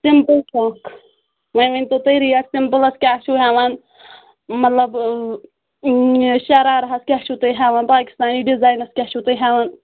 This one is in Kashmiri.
سمپٕل چُھ اکھ وۄنۍ ؤنۍ تو تُہۍ ریٹ کیٛاہ سمپلس کیاہ چھُو ہیوان مطلب شرارہس کیاہ چھُو تُہۍ ہیوان پاکستانی ڈزاینس کیاہ چھُو تُہۍ ہیوان